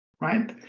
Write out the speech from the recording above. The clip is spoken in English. right